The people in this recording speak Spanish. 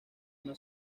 una